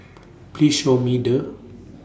Please Show Me The